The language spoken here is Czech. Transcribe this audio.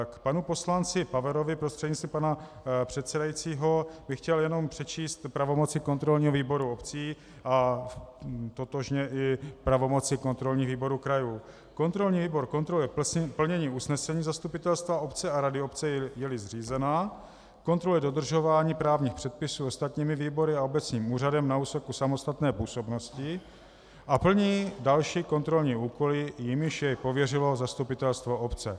K panu poslanci Paverovi prostřednictvím pana předsedajícího bych chtěl jenom přečíst pravomoci kontrolního výboru obcí a totožně i pravomoci kontrolních výborů krajů: Kontrolní výbor kontroluje plnění usnesení zastupitelstva, obce a rady obce, jeli zřízena, kontroluje dodržování právních předpisů ostatními výbory a obecním úřadem na úseku samostatné působnosti a plní další kontrolní úkoly, jimiž jej pověřilo zastupitelstvo obce.